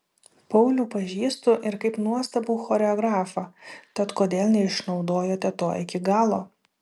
paulių pažįstu ir kaip nuostabų choreografą tad kodėl neišnaudojote to iki galo